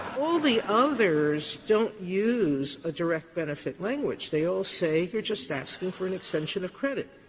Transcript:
all the others don't use a direct benefit language. they all say you're just asking for an extension of credit.